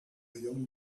young